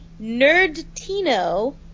Nerdtino